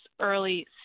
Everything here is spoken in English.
early